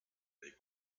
they